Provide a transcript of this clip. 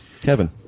Kevin